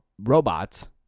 robots